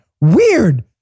weird